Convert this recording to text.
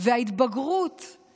וההתבגרות בעיניי.